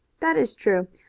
that is true.